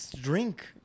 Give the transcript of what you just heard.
drink